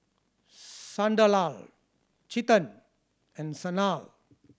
Sunderlal Chetan and Sanal